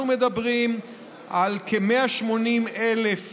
אנחנו מדברים על כ-180,000